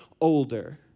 older